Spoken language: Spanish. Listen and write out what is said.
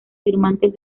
firmantes